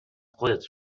خودت